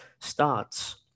starts